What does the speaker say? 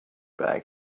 bag